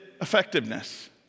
effectiveness